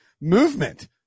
movement